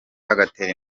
agatera